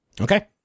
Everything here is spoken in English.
Okay